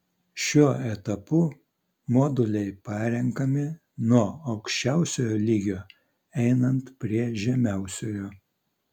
šiuo etapu moduliai parenkami nuo aukščiausiojo lygio einant prie žemiausiojo